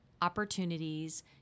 opportunities